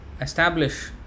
establish